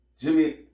Jimmy